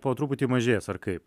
po truputį mažės ar kaip